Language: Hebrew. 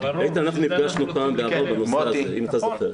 איתן, אנחנו נפגשנו בעבר בנושא הזה, אם אתה זוכר.